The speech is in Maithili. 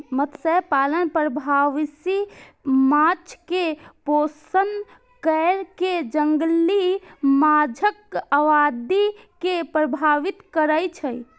मत्स्यपालन प्रवासी माछ कें पोषण कैर कें जंगली माछक आबादी के प्रभावित करै छै